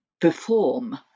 perform